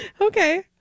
okay